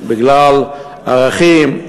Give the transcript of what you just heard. בגלל ערכים,